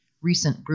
recent